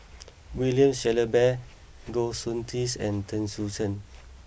William Shellabear Goh Soon Tioe and Chen Sucheng